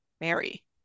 Mary